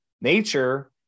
nature